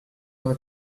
ever